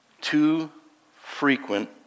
too-frequent